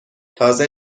تازه